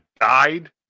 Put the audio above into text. died